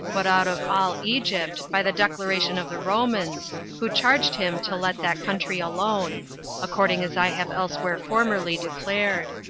but out of all egypt, by the declaration of the romans, who charged him to let that country alone according as i have elsewhere formerly declared.